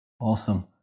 Awesome